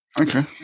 Okay